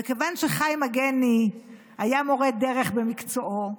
וכיוון שחיים מגני היה מורה דרך במקצועו,